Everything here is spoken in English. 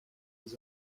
his